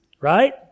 right